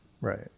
right